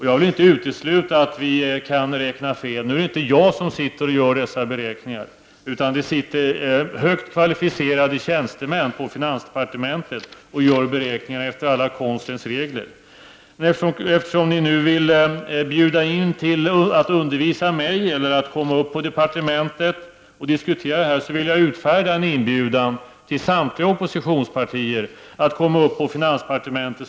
Jag vill inte utesluta att vi kan räkna fel. Det är dock inte jag som gör dessa beräkningar, utan det är högt kvalificerade tjänstemän som på finansdepartementet gör dem efter alla konstens regler. Eftersom ni erbjuder er till att undervisa mig eller till att komma upp och diskutera detta på departementet, vill jag utfärda en inbjudan till samtliga oppositionspartier att komma upp på finansdepartementet.